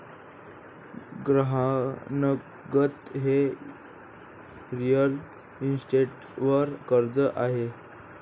गहाणखत हे रिअल इस्टेटवर कर्ज आहे